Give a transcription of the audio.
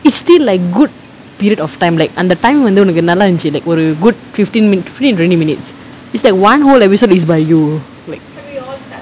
is still like good period of time like அந்த:antha time வந்து ஒனக்கு நல்லா இருந்துச்சு:vanthu onakku nallaa irunthuchu like ஒரு:oru good fifteen minutes fifteen to twenty minutes it's like one whole episode is by you like